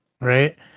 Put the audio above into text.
Right